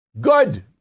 Good